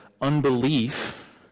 unbelief